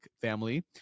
family